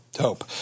hope